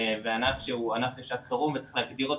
ענף שהוא ענף לשעת חירום וצריך להגדיר אותו